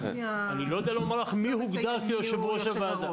אני לא יודע לומר לך מי הוגדר כיושב-ראש הוועדה.